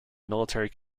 military